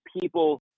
people